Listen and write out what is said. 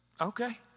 Okay